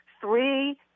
three